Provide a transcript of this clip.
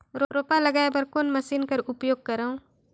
रोपा लगाय बर कोन मशीन कर उपयोग करव?